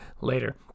later